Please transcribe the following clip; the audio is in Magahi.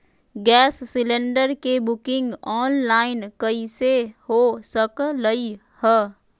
गैस सिलेंडर के बुकिंग ऑनलाइन कईसे हो सकलई ह?